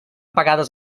pagades